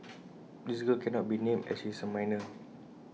this girl cannot be named as she is A minor